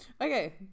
okay